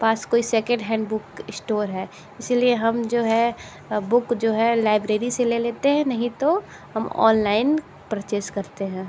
पास कोई second hand book store है इसलिए हम जो है बुक जो है लाइब्रेरी से ले लेते हैं नहीं तो हम ऑनलाइन परचेज करते हैं